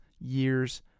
years